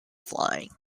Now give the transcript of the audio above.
flying